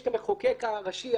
יש את המחוקק הראשי,